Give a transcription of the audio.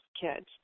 kids